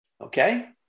Okay